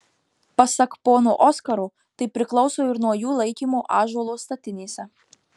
pasak pono oskaro tai priklauso ir nuo jų laikymo ąžuolo statinėse